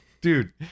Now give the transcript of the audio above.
Dude